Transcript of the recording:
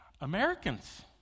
Americans